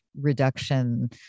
reduction